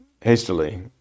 hastily